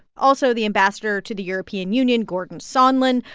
also, the ambassador to the european union, gordon sondland,